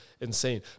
insane